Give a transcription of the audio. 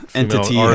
entity